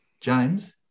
James